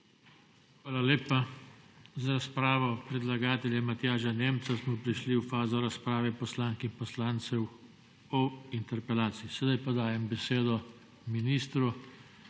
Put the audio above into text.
Hvala lepa. Z razpravo predlagatelja Matjaža Nemca smo prišli v fazo razprave poslank in poslancev o interpelaciji. Sedaj dajem besedo ministru